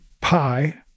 pi